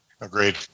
Agreed